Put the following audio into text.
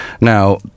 Now